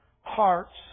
hearts